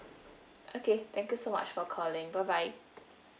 okay thank you so much for calling bye bye